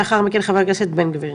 לאחר מכן חבר הכנסת בן גביר.